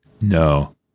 No